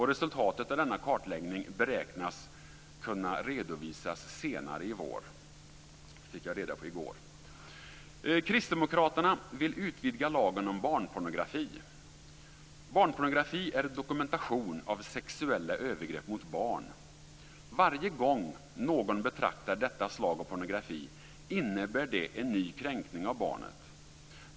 Resultatet av denna kartläggning beräknas kunna redovisas senare i vår. Det fick jag reda på i går. Kristdemokraterna vill utvidga lagen om barnpornografi. Barnpornografi är dokumentation av sexuella övergrepp mot barn. Varje gång någon betraktar detta slag av pornografi innebär det en ny kränkning av barnet.